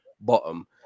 bottom